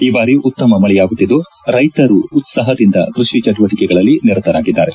ಈ ಬಾರಿ ಉತ್ತಮ ಮಳೆಯಾಗುತ್ತಿದ್ದು ರೈತರು ಉತ್ಪಾಹದಿಂದ ಕ್ವಷಿ ಚಟುವಟಿಕೆಗಳಲ್ಲಿ ನಿರತರಾಗಿದ್ದಾರೆ